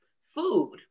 food